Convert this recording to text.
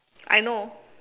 I know